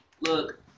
look